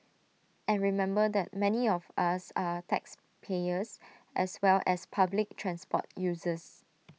and remember that many of us are taxpayers as well as public transport users